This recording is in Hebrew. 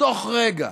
תוך רגע,